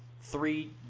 three